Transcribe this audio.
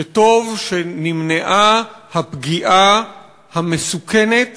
שטוב שנמנעה הפגיעה המסוכנת